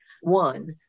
one